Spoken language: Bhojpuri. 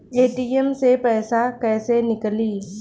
ए.टी.एम से पैसा कैसे नीकली?